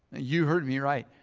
you heard me right.